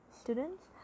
students